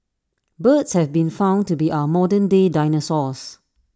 birds have been found to be our modern day dinosaurs